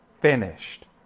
finished